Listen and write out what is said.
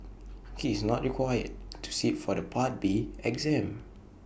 he is not required to sit for the part B exam